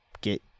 get